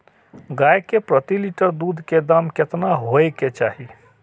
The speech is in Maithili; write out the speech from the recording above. गाय के प्रति लीटर दूध के दाम केतना होय के चाही?